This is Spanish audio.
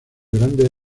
grandes